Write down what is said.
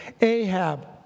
Ahab